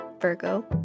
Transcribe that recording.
Virgo